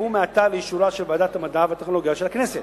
יובאו מעתה לאישורה של ועדת המדע והטכנולוגיה של הכנסת.